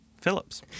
Phillips